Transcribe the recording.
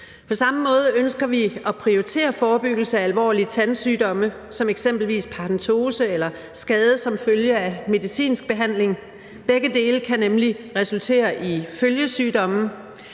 På samme måde ønsker vi at prioritere forebyggelse af alvorlige tandsygdomme som eksempelvis paradentose eller skade som følge af medicinsk behandling. Begge dele kan nemlig resultere i følgesygdomme.